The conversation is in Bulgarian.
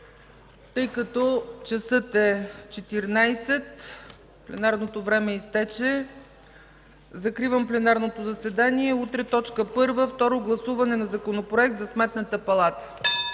Тъй като часът е 14,00 ч., пленарното време изтече, закривам пленарното заседание. Утре точка първа ще бъде Второ гласуване на Законопроекта за Сметната палата.